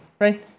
right